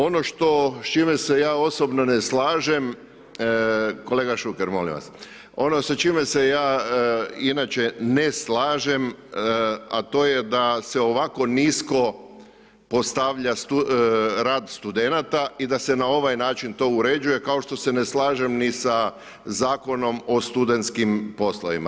Ono što s čime se ja osobno ne slažem, kolega Šuker molim vas, ono s čime se ja inače ne slažem, a to je da se ovako nisko postavlja rad studenata i da se na ovaj način to uređuje kao što se ne slažem ni sa Zakonom o studentskim poslovima.